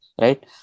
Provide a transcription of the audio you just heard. right